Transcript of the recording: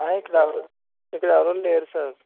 ఇక్కడ ఇక్కడ ఎవరూ లేరు సార్